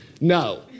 no